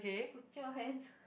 put your hands